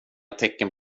tecken